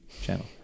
channel